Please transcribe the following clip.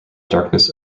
darkness